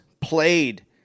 played